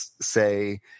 say